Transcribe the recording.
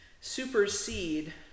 supersede